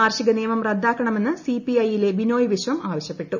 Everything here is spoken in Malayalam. കാർഷികനിയമം റദ്ദാക്കണമെന്ന് സിപിഐ യിലെ ബിനോയ് വിശ്വം ആവശ്യപ്പെട്ടു